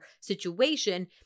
situation